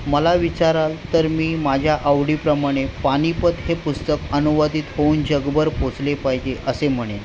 मला विचारल तर मी माझ्या आवडीप्रमाणे पानिपत हे पुस्तक अनुवादित होऊन जगभर पोचले पाहिजे असे म्हणेन